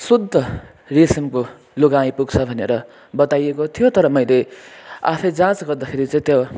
शुद्ध रेसमको लुगा आइपुग्छ भनेर बताइएको थियो तर मैले आफै जाँच गर्दाखेरि चाहिँ त्यो